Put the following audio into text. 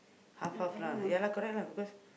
half half lah ya lah correct lah because